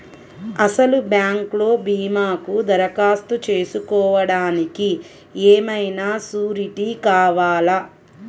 అసలు బ్యాంక్లో భీమాకు దరఖాస్తు చేసుకోవడానికి ఏమయినా సూరీటీ కావాలా?